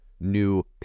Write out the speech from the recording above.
new